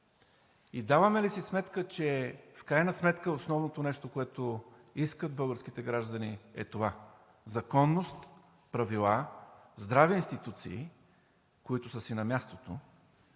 Даваме ли си сметка, че в крайна сметка основното нещо, което искат българските граждани, е законност, правила, здрави институции, които са си на мястото,